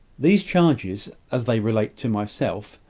these charges, as they relate to myself,